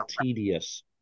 tedious